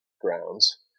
grounds